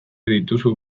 dituzu